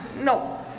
No